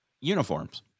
uniforms